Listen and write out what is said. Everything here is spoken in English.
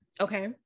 Okay